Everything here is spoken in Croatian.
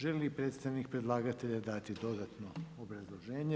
Želi li predstavnik predlagatelja dati dodatno obrazloženje?